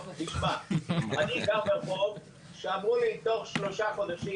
אני גר ברחוב שאמרו לי שתוך שלושה חודשים,